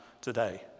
today